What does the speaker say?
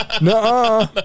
no